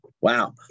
Wow